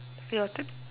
your turn